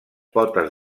potes